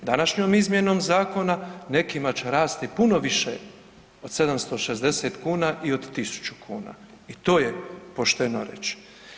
Današnjom izmjenom zakona nekima će rasti i puno više od 760 kuna i od 1.000 kuna i to je pošteno reći.